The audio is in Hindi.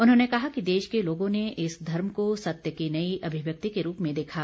उन्होंने कहा कि देश के लोगों ने इस धर्म को सत्य की नई अभिव्यक्ति के रूप में देखा